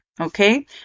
Okay